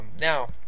Now